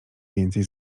więcej